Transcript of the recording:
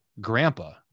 grandpa